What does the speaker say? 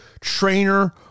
trainer